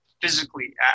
physically